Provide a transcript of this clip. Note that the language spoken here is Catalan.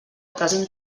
present